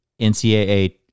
NCAA